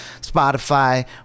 Spotify